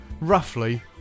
roughly